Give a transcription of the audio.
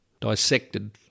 dissected